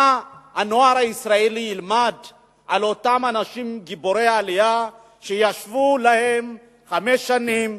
מה הנוער הישראלי ילמד על אותם אנשים גיבורי עלייה שישבו להם חמש שנים,